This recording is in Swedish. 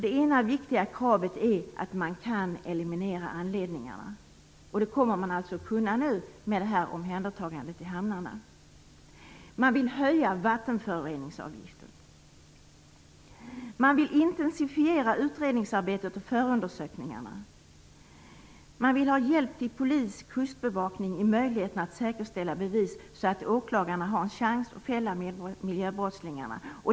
Det ena viktiga kravet är möjligheten att eliminera anledningarna, vilket man kommer att kunna göra i och med omhändertagandet i hamnarna. Man vill höja vattenföroreningsavgiften. Man vill intensifiera utredningsarbetet och förundersökningarna. Man vill ha hjälp till polis och kustbevakning i möjligheten att säkerställa bevis, så att åklagarna har en chans att fälla miljöbrottslingarna.